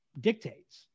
dictates